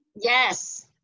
Yes